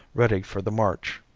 ready for the march.